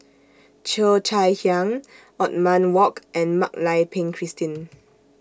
Cheo Chai Hiang Othman Wok and Mak Lai Peng Christine